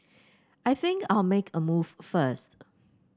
I think I'll make a move first